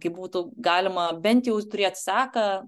kai būtų galima bent jau turėt seką